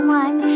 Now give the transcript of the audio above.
one